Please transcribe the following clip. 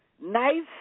Nice